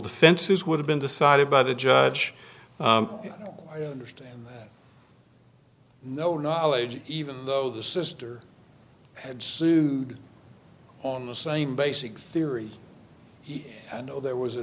defenses would have been decided by the judge or stand that no knowledge even though the sister had sued on the same basic theory you know there was a